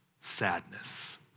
sadness